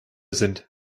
sind